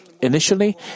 Initially